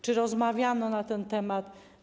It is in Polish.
Czy rozmawiano na ten temat?